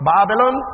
Babylon